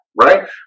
right